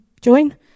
join